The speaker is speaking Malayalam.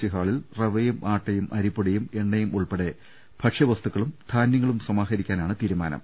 സി ഹാളിൽ റവയും ആട്ടയും അരിപ്പൊടിയും എണ്ണയും ഉൾപ്പെടെ ഭക്ഷ്യവസ്തുക്കളും ധാന്യങ്ങളും സമാ ഹരിക്കാനാണ് തീരുമാനം